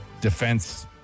defense